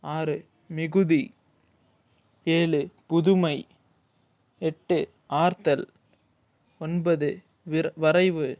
ஆறு மிகுதி ஏழு புதுமை எட்டு ஆர்த்தல் ஒன்பது விர வரைவு